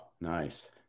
nice